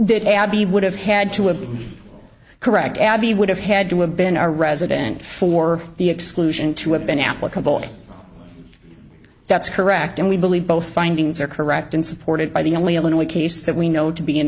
abby would have had to have been correct abby would have had to have been our resident for the exclusion to have been applicable that's correct and we believe both findings are correct and supported by the only illinois case that we know to be in